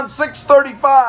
6.35